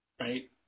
right